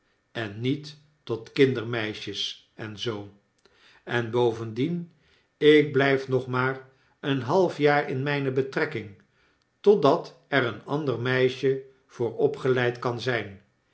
en niet tot kindermeisjes en zoo en bovendien ik blyf nog maar een half jaar in myne betrekking totdat er een ander meisje voor opgeleid kan zyn